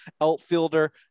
outfielder